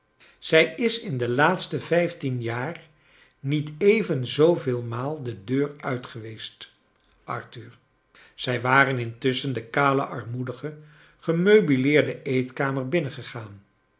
zij is in de laatste vijftien jaar niet even zooveel maal de deur uit geweest arthur zij waren intusschen de kale armoedig gemeubelde eetkamer binnengegaan